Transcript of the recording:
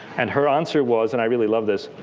and her answer was and i really love this